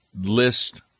list